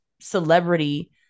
celebrity